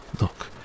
look